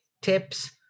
tips